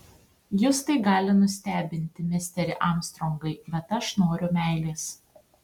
jus tai gali nustebinti misteri armstrongai bet aš noriu meilės